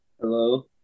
Hello